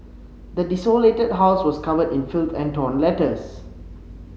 the desolated house was covered in filth and torn letters